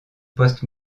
post